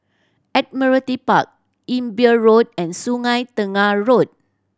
Admiralty Park Imbiah Road and Sungei Tengah Road